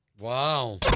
Wow